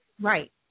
Right